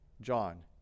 John